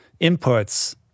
inputs